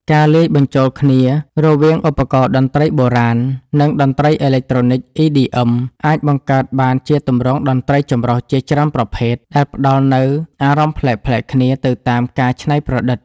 ការលាយបញ្ចូលគ្នារវាងឧបករណ៍តន្ត្រីបុរាណ និងតន្ត្រីអេឡិចត្រូនិក EDM អាចបង្កើតបានជាទម្រង់តន្ត្រីចម្រុះជាច្រើនប្រភេទ ដែលផ្តល់នូវអារម្មណ៍ប្លែកៗគ្នាទៅតាមការច្នៃប្រឌិត។